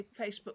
Facebook